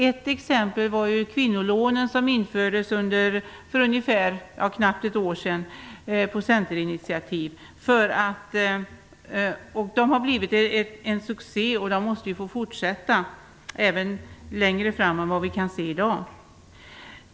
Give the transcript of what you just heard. Ett exempel är de kvinnolån som på ett centerinitiativ infördes för knappt ett år sedan. De har blivit en succé och måste få fortsätta längre än vi i dag kan se.